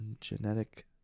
genetic